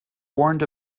warned